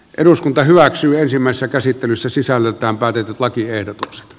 eduskunta hyväksyy ensimmäistä käsittelyssä sisällöltään päätetyt lakiehdotukset